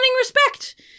respect